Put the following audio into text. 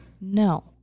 No